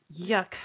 Yuck